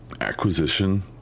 acquisition